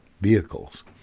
vehicles